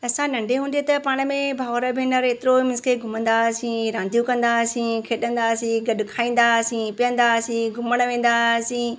असां नंढे हूंदे त पाण में भाउर भेनर एतिरो मींस की घुमंदा हुआसीं रांधियूं कंदा हुआसीं खेॾंदा हुआसीं गॾु खाईंदा हुआसीं पीअंदा हुआसीं घुमणु वेंदा हुआसीं